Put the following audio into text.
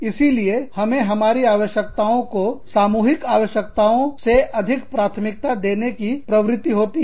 इसीलिए हमें हमारी आवश्यकताओं को सामूहिक आवश्यकताओं से अधिक प्राथमिकता देने की प्रवृत्ति होती है